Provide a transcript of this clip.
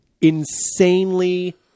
insanely